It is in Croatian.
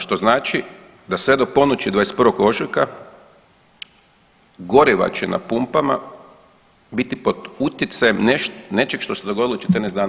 Što znači da sve do ponoći 21. ožujka goriva će na pumpama biti pod utjecajem nečega što se dogodilo 14 dana